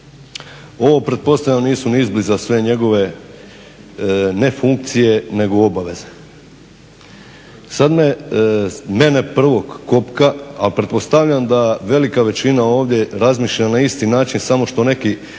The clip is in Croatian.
Ovo pretpostavljam nisu ni izbliza sve njegove ne funkcije nego obaveze. Sada mene prvog kopka, a pretpostavljam da velika većina ovdje razmišlja na isti način samo što neki